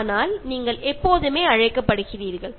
അന്നേരം നിങ്ങളെ എല്ലാവരെയും ക്ഷണിക്കുന്നതായിരിക്കും